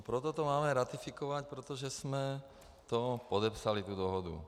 Proto to máme ratifikovat, protože jsme to podepsali, tu dohodu.